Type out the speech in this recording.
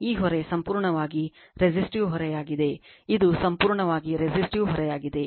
ಈ ಹೊರೆ ಸಂಪೂರ್ಣವಾಗಿ resistive ಹೊರೆಯಾಗಿದೆ ಇದು ಸಂಪೂರ್ಣವಾಗಿ resistive ಹೊರೆಯಾಗಿದೆ